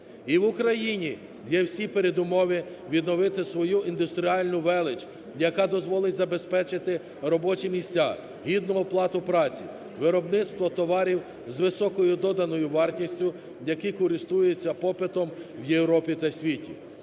І в Україні є всі передумови відновити свою індустріальну велич, яка дозволить забезпечити робочі місця, гідну оплату праці, виробництво товарів з високою доданою вартістю, які користуються попитом в Європі та світі.